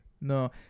No